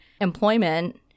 employment